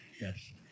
Yes